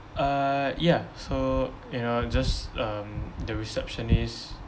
uh yeah so you know just um the receptionist